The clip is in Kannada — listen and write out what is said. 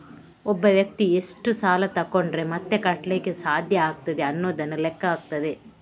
ಒಬ್ಬ ವ್ಯಕ್ತಿ ಎಷ್ಟು ಸಾಲ ತಗೊಂಡ್ರೆ ಮತ್ತೆ ಕಟ್ಲಿಕ್ಕೆ ಸಾಧ್ಯ ಆಗ್ತದೆ ಅನ್ನುದನ್ನ ಲೆಕ್ಕ ಹಾಕ್ತದೆ